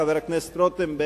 חבר הכנסת רותם,